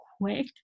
quick